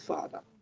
Father